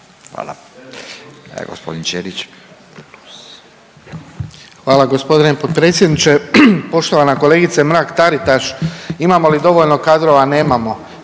Ivan (HDZ)** Hvala g. potpredsjedniče. Poštovana kolegice Mrak-Taritaš, imamo li dovoljno kadrova? Nemamo.